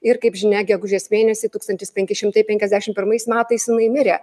ir kaip žinia gegužės mėnesį tūkstantis penki šimtai penkiasdešim pirmais metais jinai mirė